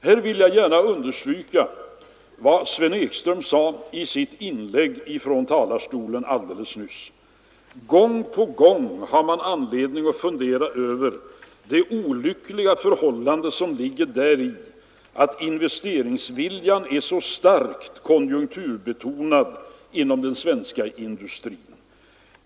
Här vill jag gärna understryka vad Sven Ekström sade i sitt inlägg för en stund sedan: Gång på gång har man anledning att fundera över det olyckliga förhållande som ligger däri att investeringsviljan är starkt konjunkturbetonad inom den svenska industrin.